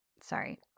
Sorry